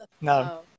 no